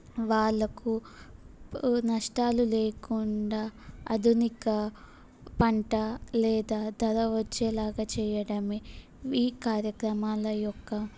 వాళ్ళకు నష్టాలు లేకుండా ఆధునిక పంట లేదా ధర వచ్చేలాగా చేయ్యడం ఈ కార్యక్రమాల యొక్క